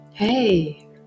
Hey